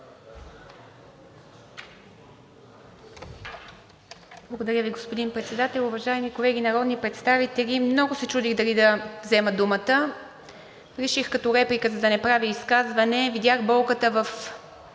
Благодаря Ви, господин Председател. Уважаеми колеги народни представители, много се чудих дали да взема думата. Реших като реплика, за да не правя изказване – видях болката в